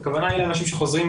הכוונה היא לאנשים שחוזרים,